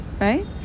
right